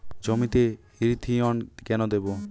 জমিতে ইরথিয়ন কেন দেবো?